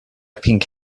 pink